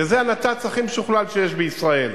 וזה הנת"צ הכי משוכלל שיש בישראל,